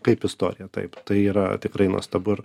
kaip istoriją taip tai yra tikrai nuostabu ir